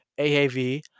AAV